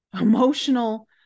emotional